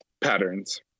Patterns